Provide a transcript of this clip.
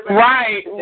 right